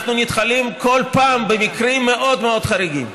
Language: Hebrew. אנחנו נתקלים בכל פעם במקרים מאוד מאוד חריגים,